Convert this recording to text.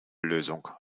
lösung